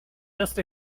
just